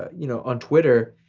you know, on twitter,